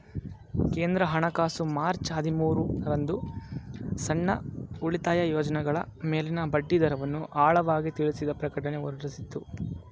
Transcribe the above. ಕೇಂದ್ರ ಹಣಕಾಸು ಮಾರ್ಚ್ ಹದಿಮೂರು ರಂದು ಸಣ್ಣ ಉಳಿತಾಯ ಯೋಜ್ನಗಳ ಮೇಲಿನ ಬಡ್ಡಿದರವನ್ನು ಆಳವಾಗಿ ತಿಳಿಸಿದ ಪ್ರಕಟಣೆ ಹೊರಡಿಸಿತ್ತು